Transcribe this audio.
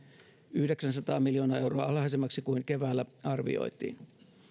yhdeksänsataa miljoonaa euroa alhaisemmaksi kuin keväällä arvioitiin